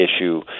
issue